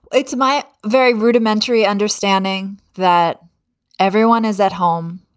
it's my very rudimentary understanding that everyone is at home.